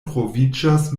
troviĝas